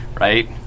Right